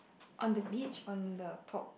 on the beach on the top